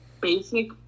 basic